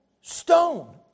stone